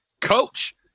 coach